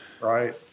Right